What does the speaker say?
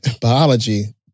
biology